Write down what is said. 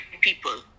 people